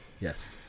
Yes